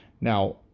Now